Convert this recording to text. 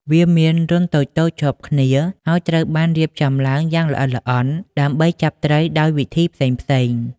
វាមានរន្ធតូចៗជាប់គ្នា ហើយត្រូវបានរៀបចំឡើងយ៉ាងល្អិតល្អន់ដើម្បីចាប់ត្រីដោយវិធីផ្សេងៗ។